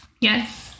Yes